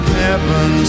heaven